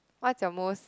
what's your most